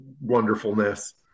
wonderfulness